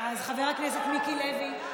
אז חבר הכנסת מיקי לוי,